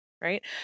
right